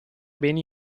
bene